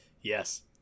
Yes